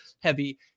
heavy